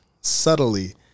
subtly